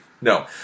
No